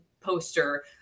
poster